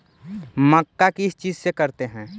मक्का किस चीज से करते हैं?